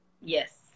yes